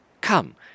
Come